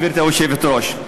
גברתי היושבת-ראש?